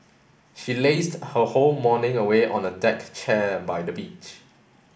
she lazed her whole morning away on a deck chair by the beach